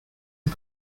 and